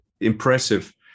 impressive